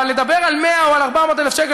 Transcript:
אבל לדבר על 100,000 או על 400,000 שקל,